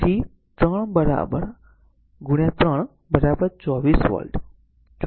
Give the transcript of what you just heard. તેથી p 1 8 volt હશે કે 3 24 વોટ 24 વોટ